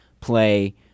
play